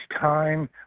time